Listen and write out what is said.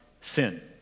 sin